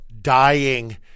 dying